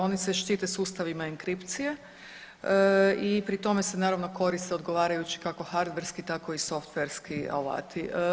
Oni se štite sustavima inkripcije i pri tome se naravno koriste odgovarajući kako hardverski tako i softverski alati.